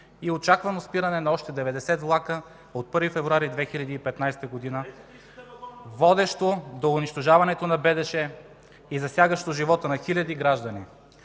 и очаквано спиране на още 90 влака от 1 февруари 2015 г., водещо до унищожаването на БДЖ и засягащо живота на хиляди граждани...